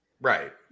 Right